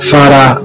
Father